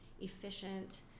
efficient